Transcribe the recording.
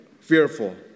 Fearful